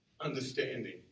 understanding